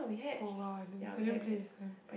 oh !wow! I didn't I didn't play this time